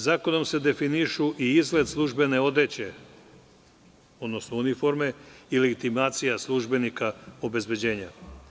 Zakonom se definišu i izgled službene odeće, odnosno uniforme i legitimacija službenika obezbeđenja.